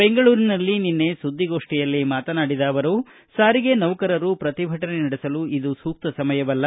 ಬೆಂಗಳೂರಿನಲ್ಲಿ ನಿನ್ನೆ ಸುದ್ದಿಗೋಷ್ಠಿಯಲ್ಲಿ ಮಾತನಾಡಿದ ಅವರು ಸಾರಿಗೆ ನೌಕರರು ಪ್ರತಿಭಟನೆ ನಡೆಸಲು ಇದು ಸೂಕ್ತ ಸಮಯವಲ್ಲ